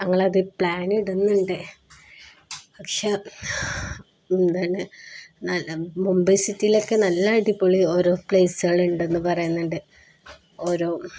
ഞങ്ങളത് പ്ലാനിടുന്നുണ്ട് പക്ഷേ എന്താണ് നല്ല മുംബൈ സിറ്റിയിലൊക്കെ നല്ല അടിപൊളി ഓരോ പ്ലേസുകളുണ്ടെന്ന് പറയുന്നുണ്ട് ഓരോ